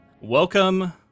welcome